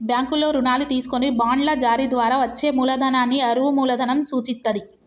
బ్యాంకుల్లో రుణాలు తీసుకొని బాండ్ల జారీ ద్వారా వచ్చే మూలధనాన్ని అరువు మూలధనం సూచిత్తది